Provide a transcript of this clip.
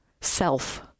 self